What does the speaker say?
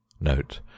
Note